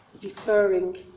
deferring